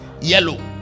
yellow